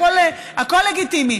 הכול לגיטימי,